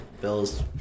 Bills